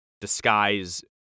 disguise